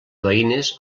veïnes